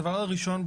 הדבר הראשון,